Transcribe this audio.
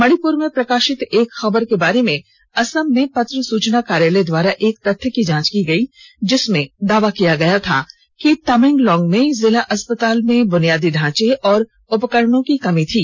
मणिप्र में प्रकाशित एक खबर के बारे में असम में पत्र सूचना कार्यालय द्वारा एक तथ्य की जांच की गई थी जिसमें दावा किया गया था कि तमेंगलोंग में जिला अस्पताल में बुनियादी ढांचे और उपकरणों की कमी थी